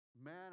Man